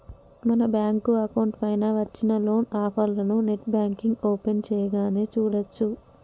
మన bank account పైన వచ్చిన లోన్ ఆఫర్లను నెట్ బ్యాంకింగ్ ఓపెన్ చేయగానే చూడచ్చు